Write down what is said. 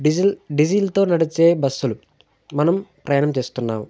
diesel డీజిల్తో నడిచే బస్సులు మనం ప్రయాణం చేస్తున్నాం